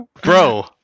Bro